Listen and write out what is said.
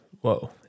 Whoa